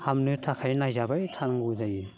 हामनो थाखाय नायजाबाय थानांगौ जायो